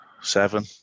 seven